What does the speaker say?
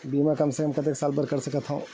बीमा कम से कम कतेक साल के बर कर सकत हव?